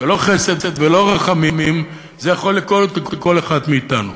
לא חסד ולא רחמים, זה יכול לקרות לכל אחד מאתנו,